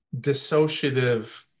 dissociative